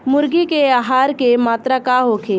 मुर्गी के आहार के मात्रा का होखे?